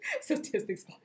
Statistics